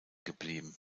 geblieben